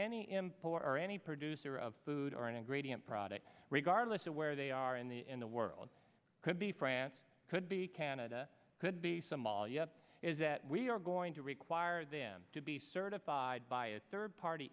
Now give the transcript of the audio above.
import or any producer of food or an ingredient product regardless of where they are in the in the world could be france could be canada could be somalia is that we are going to require them to be certified by a third party